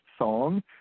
Song